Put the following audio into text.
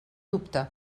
dubte